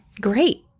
great